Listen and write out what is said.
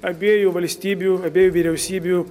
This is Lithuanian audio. abiejų valstybių abiejų vyriausybių